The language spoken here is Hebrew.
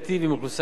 כזאת או אחרת,